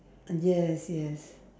uh yes yes